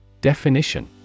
Definition